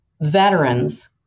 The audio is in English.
veterans